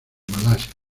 malasia